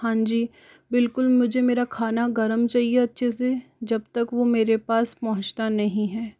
हाँ जी बिल्कुल मुझे मेरा खाना गर्म चाहिए अच्छे से जब तक वो मेरे पास पहुँचता नहीं है